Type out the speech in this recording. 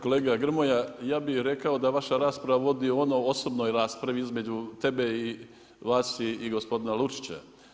Kolega Grmoja, ja bi rekao da vaša rasprava vodi ono o osobnoj raspravi između vas i gospodina Lučića.